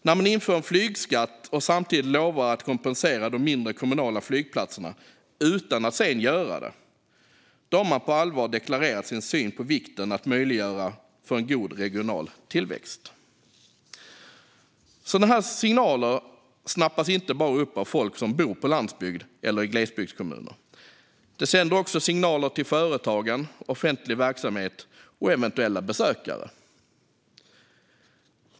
När man inför en flygskatt och samtidigt lovar att kompensera de mindre kommunala flygplatserna utan att sedan göra det har man på allvar deklarerat sin syn på vikten av att möjliggöra en god regional tillväxt. Sådana här signaler snappas inte bara upp av folk som bor på landsbygden eller i glesbygdskommuner. Det sänder också signaler till företagen, offentlig verksamhet och eventuella besökare.